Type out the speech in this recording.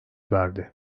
verdi